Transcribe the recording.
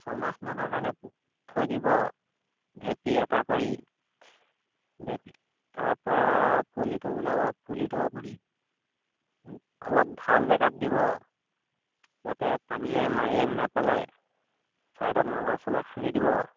ছমাহ মানৰ কাৰণে থৈ দিব ভেটি এটা কৰি ভেটি তাৰপৰা পুলিটো ওলাব পুলিটো আপুনি অলপ ভাল জেগাত দিব যাতে পানীয়ে মাৰি আনি নেপেলাই ছাইডত নলা চলা খান্দি দিব